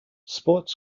sports